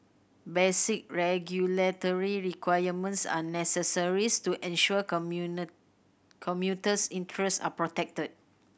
basic regulatory requirements are necessary to ensure commuter interests are protected